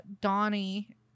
Donnie